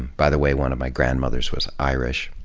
by the way, one of my grandmothers was irish.